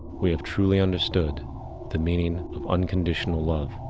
we have truly understood the meaning of unconditional love.